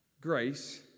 grace